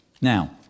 Now